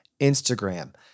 Instagram